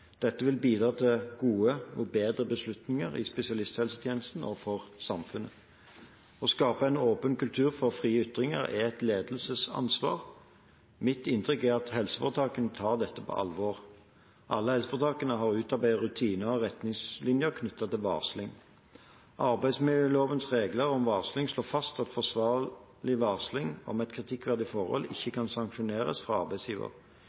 Dette vil bidra til gode og bedre beslutninger i spesialisthelsetjenesten og for samfunnet. Å skape en åpen kultur for frie ytringer er et ledelsesansvar. Mitt inntrykk er at helseforetakene tar dette på alvor. Alle helseforetakene har utarbeidet rutiner og retningslinjer knyttet til varsling. Arbeidsmiljølovens regler om varsling slår fast at forsvarlig varsling om et kritikkverdig forhold ikke kan sanksjoneres fra arbeidsgiver.